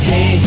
Hey